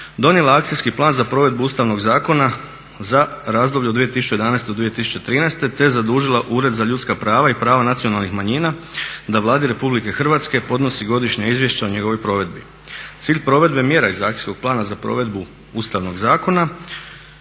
donijela akcijski plan za provedbu Ustavnog zakona za razdoblje od 2011. do 2013. te zadužila Ured za ljudska prava i prava nacionalnih manjina da Vladi Republike Hrvatske podnosi godišnja izvješća o njegovoj provedbi. Cilj provedbe mjera iz akcijskog plana za provedbu Ustavnog zakona